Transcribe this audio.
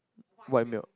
white milk